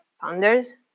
founders